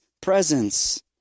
presence